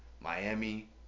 Miami